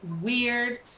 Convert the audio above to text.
weird